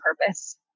purpose